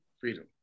freedom